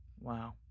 Wow